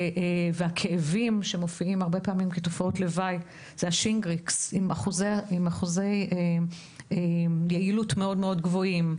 shing rix, שיש לו אחוזי יעילות מאוד גבוהים.